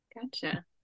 Gotcha